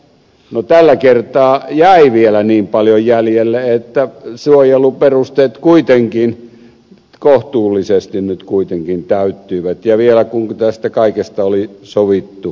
no tällä kertaa jäi vielä niin paljon jäljelle että suojeluperusteet kohtuullisesti nyt kuitenkin täyttyivät ja vielä tästä kaikesta oli sovittu hallitusohjelmaneuvotteluissa